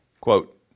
Quote